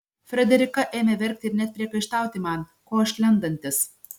frederika ėmė verkti ir net priekaištauti man ko aš lendantis